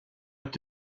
att